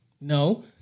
No